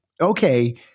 okay